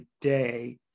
day